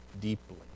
deeply